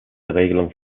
regelung